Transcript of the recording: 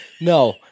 No